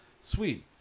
sweet